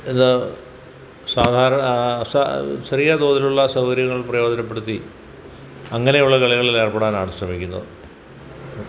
ഇന്ന് സാധാരണ അസ ചെറിയ തോതിലുള്ള സൗകര്യങ്ങൾ പ്രയോജനപ്പെടുത്തി അങ്ങനെയുള്ള കളികളിൽ ഏർപ്പെടാനാണ് ശ്രമിക്കുന്നത്